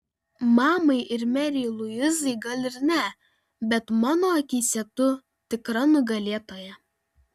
mamai ir merei luizai gal ir ne bet mano akyse tu tikra nugalėtoja